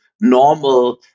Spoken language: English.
normal